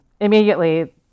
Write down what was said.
immediately